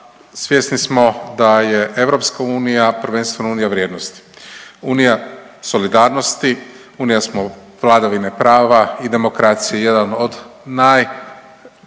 svjesni smo da je EU prvenstveno unija vrijednosti, unija solidarnosti, unija smo vladavine prava i demokracije. Jedan od